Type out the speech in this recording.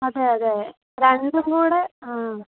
അതെ അതെ രണ്ടുംകൂടെ ആ